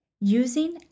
Using